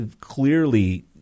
clearly